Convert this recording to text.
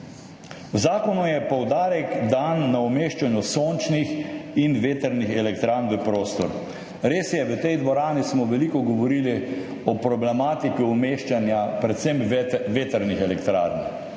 V zakonu je dan poudarek na umeščanju sončnih in vetrnih elektrarn v prostor. Res je, v tej dvorani smo veliko govorili o problematiki umeščanja predvsem vetrnih elektrarn,